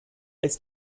ist